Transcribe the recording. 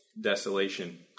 desolation